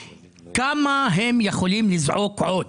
כמה הם יכולים לזעוק עוד,